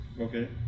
Okay